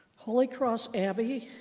holy cross abbey